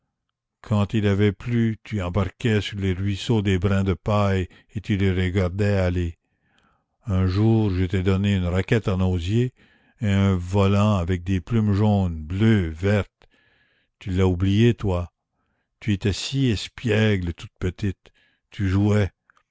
quand il avait plu tu embarquais sur les ruisseaux des brins de paille et tu les regardais aller un jour je t'ai donné une raquette en osier et un volant avec des plumes jaunes bleues vertes tu l'as oublié toi tu étais si espiègle toute petite tu jouais